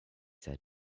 said